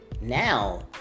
now